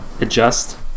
adjust